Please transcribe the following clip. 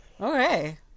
Okay